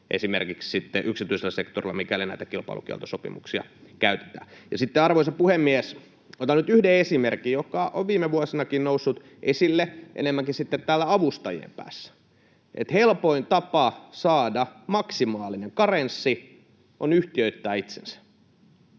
kuin yksityisellä sektorilla, mikäli näitä kilpailukieltosopimuksia käytetään. Sitten, arvoisa puhemies, otan nyt yhden esimerkin, joka on viime vuosinakin noussut esille enemmänkin siellä avustajien päässä: Helpoin tapa saada maksimaalinen karenssi on yhtiöittää itsensä.